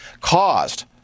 caused